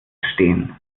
stehen